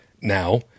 now